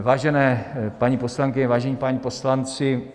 Vážené paní poslankyně, vážení páni poslanci.